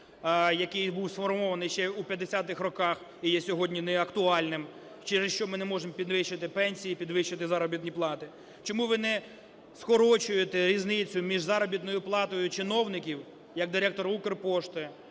який був сформований ще у 50-х роках і є сьогодні неактуальним, через що ми не можемо підвищити пенсії, підвищити заробітні плати? Чому ви не скорочуєте різницю між заробітною платою чиновників, як директора "Укрпошти",